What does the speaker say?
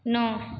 नौ